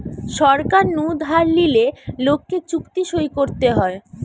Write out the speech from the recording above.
সরকার নু ধার লিলে লোককে চুক্তি সই করতে হয়